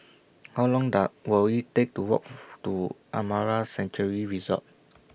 How Long Will IT Take to Walk to Amara Sanctuary Resort